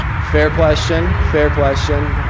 fair question, fair question.